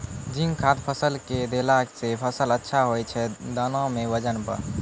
zinc खाद फ़सल मे देला से फ़सल अच्छा होय छै दाना मे वजन ब